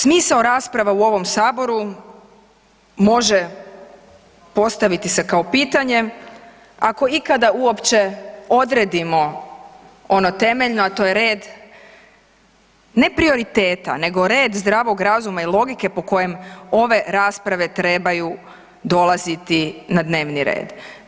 Smisao rasprava u ovom saboru može postaviti se kao pitanje ako ikada uopće odredimo ono temeljno, a to je red, ne prioriteta, nego red zdravog razuma i logike po kojem ove rasprave trebaju dolaziti na dnevni red.